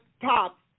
top